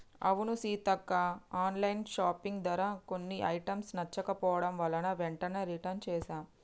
అవును Seethakka online shopping ధర కొన్ని ఐటమ్స్ నచ్చకపోవడం వలన వెంటనే రిటన్ చేసాం